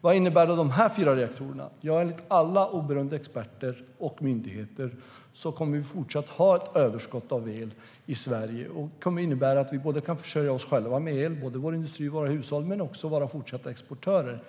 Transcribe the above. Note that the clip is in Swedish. Vad innebär de fyra reaktorerna? Enligt alla oberoende experter och myndigheter kommer vi fortsatt att ha ett överskott av el i Sverige. Det kommer att innebära att vi kan försörja oss själva - våra industrier och hushåll - med el men också fortsätta att vara exportörer.